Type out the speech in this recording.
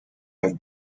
have